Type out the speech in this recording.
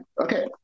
Okay